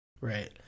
right